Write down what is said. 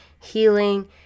healing